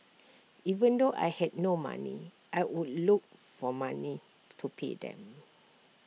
even though I had no money I would look for money to pay them